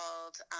called